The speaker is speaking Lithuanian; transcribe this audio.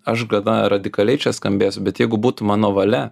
aš gana radikaliai čia skambės bet jeigu būtų mano valia